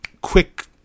quick